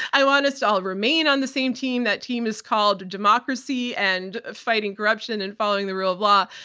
i want us to all remain on the same team. that team is called democracy and fighting corruption and following the rule of law.